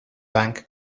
bank